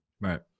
right